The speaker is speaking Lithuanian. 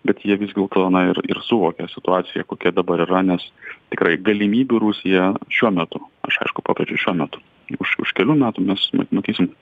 bet jie vis dėlto na ir ir suvokia situaciją kokia dabar yra nes tikrai galimybių rusija šiuo metu aš aišku pabrėžiu šiuo metu už už kelių metų mes ma matysim